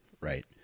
Right